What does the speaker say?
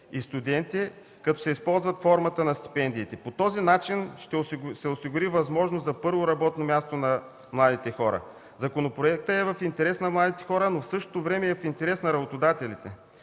и студенти, като се използва формата на стипендиите. По този начин ще се осигури възможност за първо работно място на младите хора. Законопроектът е в интерес на младите хора, но в същото време е в интерес на работодателите,